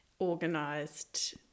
organised